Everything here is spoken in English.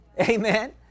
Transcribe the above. Amen